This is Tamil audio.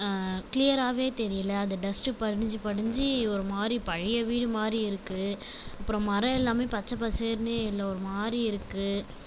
க்ளியராகவே தெரியலை அந்த டஸ்ட்டு படிஞ்சு படிஞ்சு ஒருமாதிரி பழைய வீடுமாதிரி இருக்குது அப்புறம் மரம் எல்லாமே பச்சை பசேர்னு இல்லை ஒருமாதிரி இருக்குது